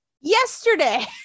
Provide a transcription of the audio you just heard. yesterday